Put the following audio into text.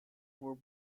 were